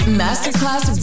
masterclass